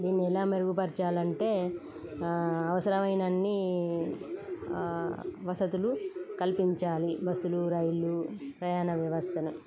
దీన్ని ఎలా మెరుగుపరచాలంటే అవసరమైనన్ని వసతులు కల్పించాలి బస్సులు రైళ్ళు ప్రయాణ వ్యవస్థను